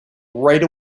right